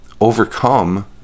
overcome